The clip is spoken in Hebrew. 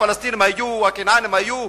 הפלסטינים היו, הכנענים היו.